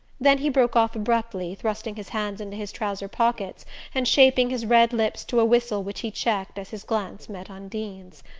then he broke off abruptly, thrusting his hands into his trouser-pockets and shaping his red lips to a whistle which he checked as his glance met undine's.